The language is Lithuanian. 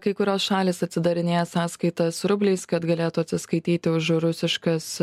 kai kurios šalys atsidarinėja sąskaitas rubliais kad galėtų atsiskaityti už rusiškas